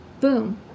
boom